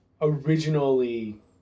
originally